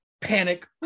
panic